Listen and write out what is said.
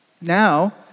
Now